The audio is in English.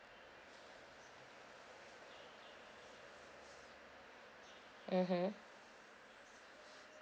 mmhmm